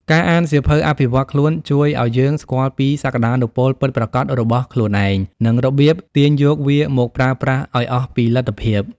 ការអានសៀវភៅអភិវឌ្ឍខ្លួនជួយឱ្យយើងស្គាល់ពីសក្ដានុពលពិតប្រាកដរបស់ខ្លួនឯង និងរបៀបទាញយកវាមកប្រើប្រាស់ឱ្យអស់ពីលទ្ធភាព។